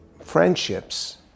friendships